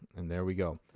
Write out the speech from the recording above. and there we go.